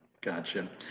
Gotcha